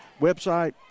website